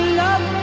love